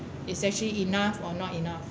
is actually enough or not enough